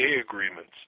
agreements